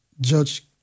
Judge